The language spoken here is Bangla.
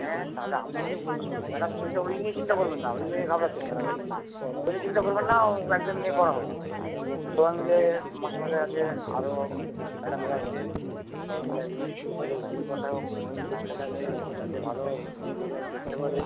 হ্যাঁ তাহলে আমরাও তো বলছি ম্যাডাম চিন্তে ওই নিয়ে চিন্তা করবেন না ওই নিয়ে ঘাবড়াচ্ছেন কেনো আপনি ও নিয়ে চিন্তা করবেন না ও একদিন নিয়ে করা হোক সবাই মিলে মাস্টারমশাই আছেন আরো ম্যাডামরা আছেন সবাই মিলে এক দিন আমাদের বোর্ড বসা হোক ছেলেটাকে যাতে ভালো রেজাল্ট করতে পারে